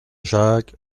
jacques